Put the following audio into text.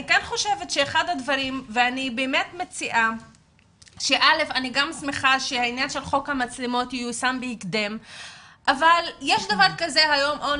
אני שמחה שהעניין של חוק המצלמות ייושם בהקדם אבל היום יש